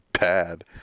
bad